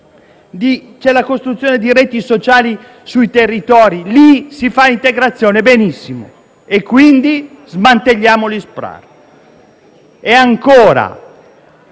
c'è la costruzione di reti sociali sui territori, li si fa integrazione. Benissimo: quindi, smantelliamo gli SPRAR. Ancora: